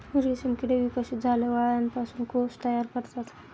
रेशीम किडे विकसित झाल्यावर अळ्यांपासून कोश तयार करतात